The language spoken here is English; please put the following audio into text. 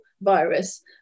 virus